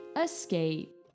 Escape